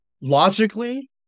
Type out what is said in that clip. logically